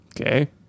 Okay